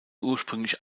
ursprünglich